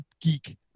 geek